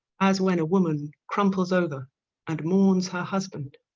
as when a woman crumples over and mourns her husband,